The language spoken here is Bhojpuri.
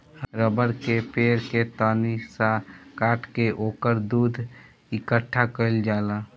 रबड़ के पेड़ के तनी सा काट के ओकर दूध इकट्ठा कइल जाला